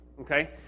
Okay